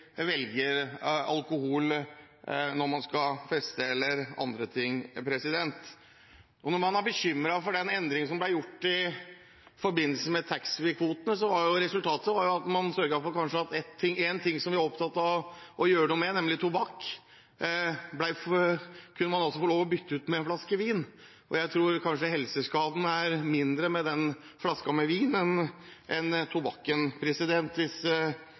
velger alkohol eller andre ting når de skal feste. Man er bekymret for den endringen som ble gjort i forbindelse med taxfree-kvotene. Resultatet var at man sørget for at en ting som man er opptatt av å gjøre noe med, nemlig tobakk, kunne man få byttet ut med en flaske vin. Jeg tror at helseskadene blir mindre av en flaske vin enn av tobakk – hvis